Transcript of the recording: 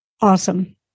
Awesome